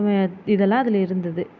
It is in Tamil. இது எல்லாம் அதில் இருந்தது